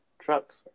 trucks